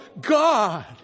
God